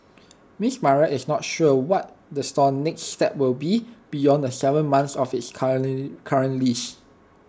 miss Maria is not sure what the store's next step will be beyond the Seven months of its current lease